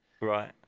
Right